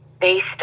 based